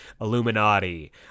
Illuminati